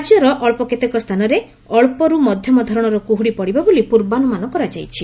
ରାଜ୍ୟର ଅଳ୍ପ କେତେକ ସ୍ଥାନରେ ଅଳ୍ପରୁ ମଧ୍ୟମ ଧରଣର କୁହୁଡ଼ି ପଡ଼ିବ ବୋଲି ପୂର୍ବାନୁମାନ କରାଯାଇଛି